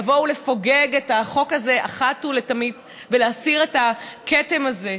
לבוא ולפוגג את החוק הזה אחת ולתמיד ולהסיר את הכתם הזה,